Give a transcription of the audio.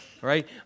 right